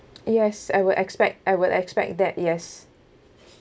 yes I would expect I would expect that yes